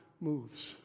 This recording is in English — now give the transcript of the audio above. moves